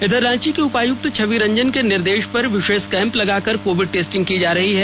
इधर रांची के उपायुक्त छवि रंजन के निर्देश पर विशेष कैम्प लगाकर कोविड टेस्टिंग की जा रही है